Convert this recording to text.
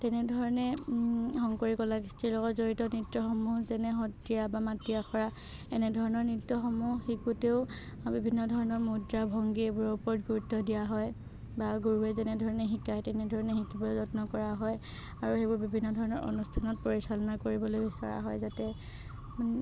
তেনেধৰণে শংকৰী কলা কৃষ্টিৰ লগত জড়িত নৃত্যসমূহ যেনে সত্ৰীয়া বা মাটি আখৰা এনেধৰণৰ নৃত্যসমূহ শিকোতেও বিভিন্ন ধৰণৰ মুদ্ৰা ভংগী এইবোৰৰ ওপৰত গুৰুত্ব দিয়া হয় বা গুৰুৱে যেনেধৰণে শিকাই তেনেধৰণে শিকিবলৈ যত্ন কৰা হয় আৰু সেইবোৰ বিভিন্ন ধৰণৰ অনুষ্ঠানত পৰিচালনা কৰিবলৈ বিচৰা হয় যাতে মানে